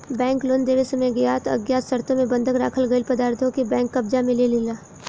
bank loan देवे समय ज्ञात अज्ञात शर्तों मे बंधक राखल गईल पदार्थों के बैंक कब्जा में लेलेला